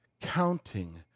counting